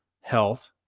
health